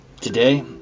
Today